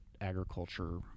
agriculture